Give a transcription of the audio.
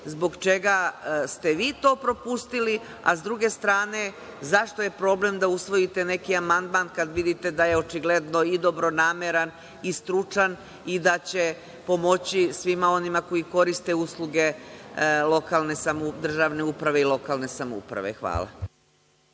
zbog čega ste vi to propustili, a sa druge strane, zašto je problem da usvojite neki amandman kada vidite da je očigledno i dobronameran i stručan i da će pomoći svima onima koji koriste usluge državne uprave i lokalne samouprave. Hvala.